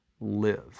live